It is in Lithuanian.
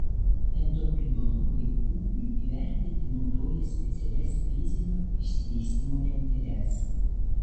endokrinologai ūgiui įvertinti naudoja specialias fizinio išsivystymo lenteles